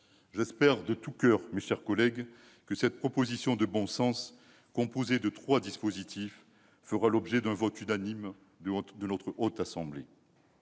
J'espère de tout coeur que cette proposition de bon sens, composée de trois dispositifs, fera l'objet d'un vote unanime de la Haute Assemblée.